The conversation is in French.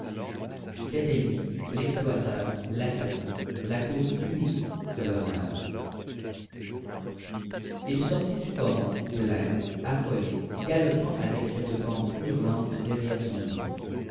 c'était lui l'exploiteur l'assassin la cause unique de leur malheur il sortit du coron blême affolé galopant avec cette bande hurlante derrière son dos